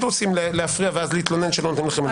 רוצים להפריע ואז להתלונן שלא נותנים לכם לדבר.